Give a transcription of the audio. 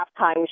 halftime